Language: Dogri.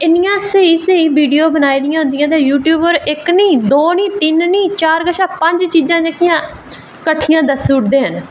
इन्नियां स्हेई स्हेई वीडियो बनाई दियां होंदियां इक नेईं दौ नी तिन्न निं चार कशा पंज चीज़ां जेह्कियां किट्ठियां दस्सी ओड़दे